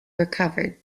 recovered